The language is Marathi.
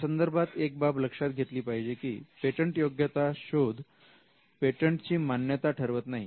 या संदर्भात एक बाब लक्षात घेतली पाहिजे की पेटंटयोग्यता शोध पेटंटची मान्यता ठरवत नाही